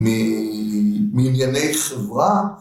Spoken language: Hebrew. מענייני חברה